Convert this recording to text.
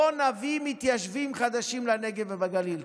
בוא נביא מתיישבים חדשים לנגב ולגליל.